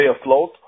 afloat